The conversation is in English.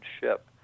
ship